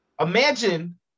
imagine